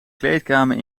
kleedkamer